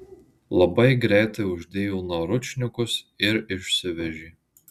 labai greitai uždėjo naručnikus ir išsivežė